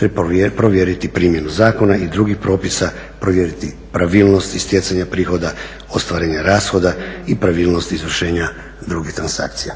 te provjeriti primjenu zakona i drugih propisa, provjeriti pravilnosti stjecanja prihoda, ostvarenja rashoda i pravilnost izvršenja drugih transakcija.